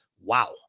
Wow